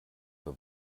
für